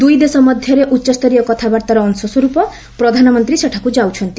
ଦୁଇ ଦେଶ ମଧ୍ୟରେ ଉଚ୍ଚସ୍ତରୀୟ କଥାବାର୍ତ୍ତାର ଅଂଶସ୍ୱରୂପ ପ୍ରଧାନମନ୍ତ୍ରୀ ସେଠାକୁ ଯାଉଛନ୍ତି